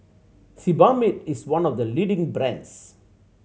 Sebamed is one of the leading brands